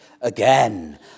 again